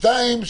שתיים,